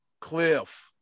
Cliff